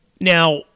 Now